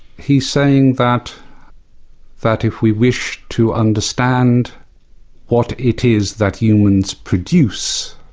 he's saying that that if we wish to understand what it is that humans produce